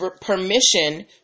permission